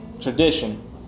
tradition